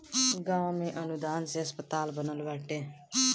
गांव में अनुदान से अस्पताल बनल बाटे